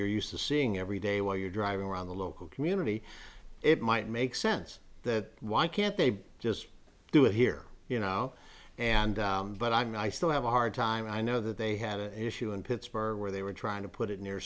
you're used to seeing every day while you're driving around the local community it might make sense that why can't they just do it here you know and but i still have a hard time i know that they had an issue in pittsburgh where they were trying to put it